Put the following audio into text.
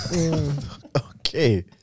Okay